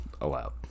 allowed